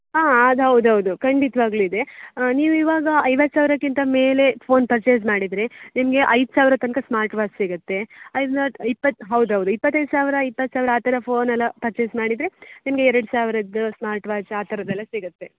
ಹಾಂ ಅದು ಹೌದು ಹೌದು ಖಂಡಿತವಾಗ್ಲು ಇದೆ ನೀವು ಇವಾಗ ಐವತ್ತು ಸಾವಿರಕ್ಕಿಂತ ಮೇಲೆ ಫೋನ್ ಪರ್ಚೆಸ್ ಮಾಡಿದರೆ ನಿಮಗೆ ಐದು ಸಾವಿರ ತನಕ ಸ್ಮಾರ್ಟ್ ವಾಚ್ ಸಿಗುತ್ತೆ ಇಪ್ಪತ್ತು ಹೌದು ಹೌದು ಇಪತ್ತೈದು ಸಾವಿರ ಇಪ್ಪತ್ತು ಸಾವಿರ ಆ ಥರ ಫೋನ್ ಎಲ್ಲ ಪರ್ಚೆಸ್ ಮಾಡಿದರೆ ನಿಮಗೆ ಎರಡು ಸಾವಿರದ್ದು ಸ್ಮಾರ್ಟ್ ವಾಚ್ ಆ ಥರದ್ದೆಲ್ಲ ಸಿಗುತ್ತೆ